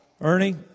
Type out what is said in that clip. Ernie